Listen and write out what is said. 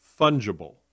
fungible